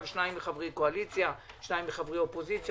משני חברי קואליציה ושני חברי אופוזיציה